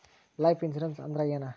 Life insurance ಅಂದ್ರ ಏನ?